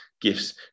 gifts